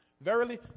Verily